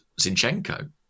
zinchenko